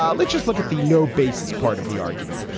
um let's just look at the no basis part of the argument.